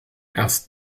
erst